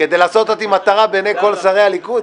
כדי לעשות אותי מטרה בעיני כל שרי הליכוד?